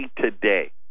Today